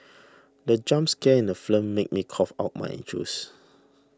the jump scare in the film made me cough out my juice